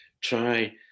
try